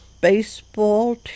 baseball